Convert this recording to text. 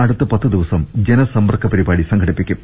അടുത്ത പത്ത്ദിവസം ജനസമ്പർക്ക പരിപാടി സംഘടിപ്പിക്കും